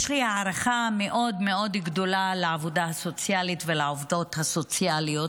יש לי הערכה מאוד מאוד גדולה לעבודה הסוציאלית ולעובדות הסוציאליות.